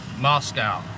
Moscow